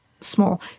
small